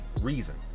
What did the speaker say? reason